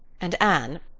and, anne,